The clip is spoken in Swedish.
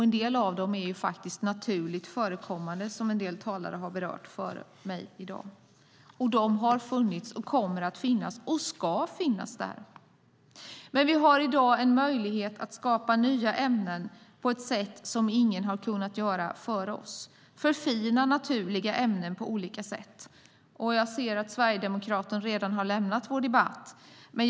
En del av kemikalierna är faktiskt naturligt förekommande, som en del talare före mig här i dag berört. De kemikalierna har funnits, kommer att finnas och ska finnas där. Men i dag har vi möjlighet att skapa nya ämnen på ett sätt som ingen kunnat före oss. Vi kan förfina naturliga ämnen på olika sätt. Jag ser att sverigedemokraten redan lämnat vår debatt här.